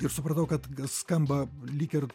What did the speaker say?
ir supratau kad skamba lyg ir